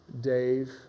Dave